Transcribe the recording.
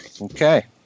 Okay